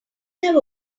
have